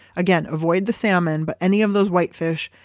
again, avoid the salmon but any of those white fish,